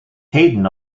hayden